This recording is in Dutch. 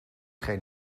geen